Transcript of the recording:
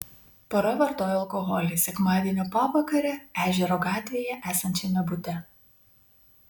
pora vartojo alkoholį sekmadienio pavakarę ežero gatvėje esančiame bute